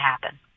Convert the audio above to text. happen